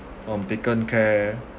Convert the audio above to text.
um taken care